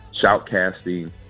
shoutcasting